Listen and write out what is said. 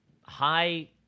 high